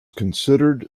considered